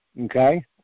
okay